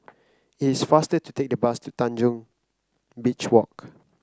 it is faster to take the bus to Tanjong Beach Walk